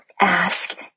Ask